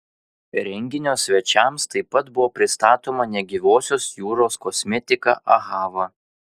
renginio svečiams taip pat buvo pristatoma negyvosios jūros kosmetika ahava